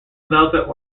velvet